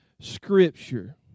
Scripture